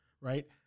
right